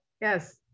Yes